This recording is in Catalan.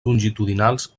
longitudinals